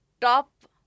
Top